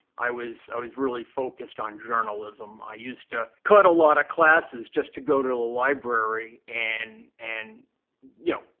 i was i was really focused on journalism. i used to cut a lot of classes just to go to the ah library, and and you know,